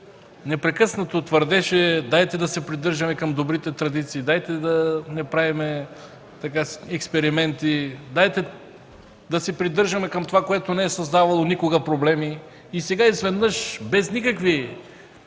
непрекъснато твърдеше: „Дайте да се придържаме към добрите традиции, дайте да не правим експерименти, нека да се придържаме към това, което не е създавало никога проблеми”, а сега изведнъж без никакви